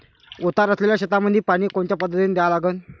उतार असलेल्या शेतामंदी पानी कोनच्या पद्धतीने द्या लागन?